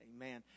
Amen